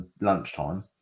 lunchtime